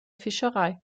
fischerei